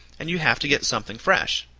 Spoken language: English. and you have to get something fresh.